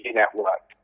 network